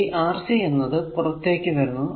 ഈ Rc എന്നത് പുറത്തേക്കു വരുന്നു